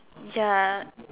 ya